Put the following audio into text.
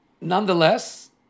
nonetheless